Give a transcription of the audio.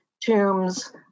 tombs